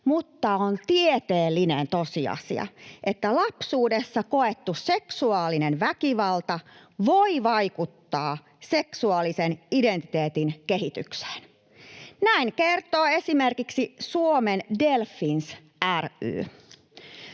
mutta on tieteellinen tosiasia, että lapsuudessa koettu seksuaalinen väkivalta voi vaikuttaa seksuaalisen identiteetin kehitykseen. [Ilmari Nurminen: Ei